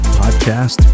podcast